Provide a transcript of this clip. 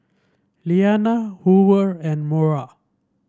Lilianna Hoover and Mora